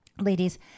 ladies